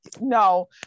no